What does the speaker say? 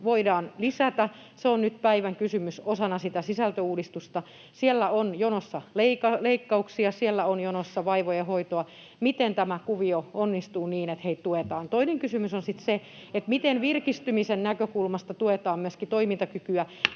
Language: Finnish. voidaan lisätä, on nyt päivän kysymys osana sitä sisältöuudistusta. Siellä on jonossa leikkauksia, siellä on jonossa vaivojen hoitoa. Miten tämä kuvio onnistuu niin, että heitä tuetaan? Toinen kysymys on sitten se, miten virkistymisen näkökulmasta tuetaan myöskin toimintakykyä,